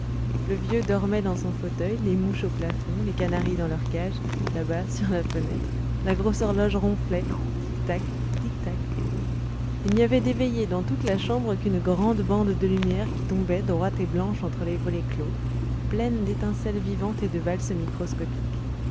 le vieux dormait dans son fauteuil les mouches au plafond les canaris dans leur cage là-bas sur la fenêtre la grosse horloge ronflait tic tac tic tac il n'y avait d'éveillé dans toute la chambre qu'une grande bande de lumière qui tombait droite et blanche entre les volets clos pleine d'étincelles vivantes et de valses microscopiques